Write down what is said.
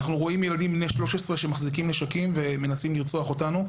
אנחנו רואים ילדים בני 13 שמחזיקים נשקים ומנסים לרצוח אותנו,